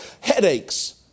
Headaches